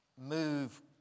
move